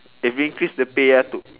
and increase the pay ah to